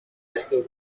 active